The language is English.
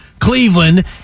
Cleveland